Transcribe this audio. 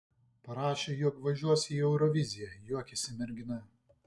parašė jog važiuosiu į euroviziją juokėsi mergina